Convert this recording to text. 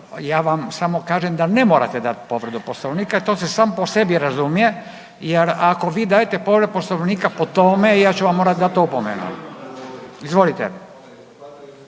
ja vam samo kažem da ne morate dati povredu Poslovnika to se sam po sebi razumije jer ako vi dajete povredu Poslovnika po tome ja ću vam morati dati opomenu. Izvolite,